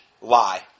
lie